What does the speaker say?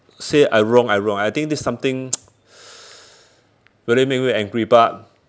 say I wrong I wrong I think this is something really make me angry but